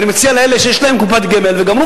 ואני מציע לאלה שיש להם קופת גמל וגמרו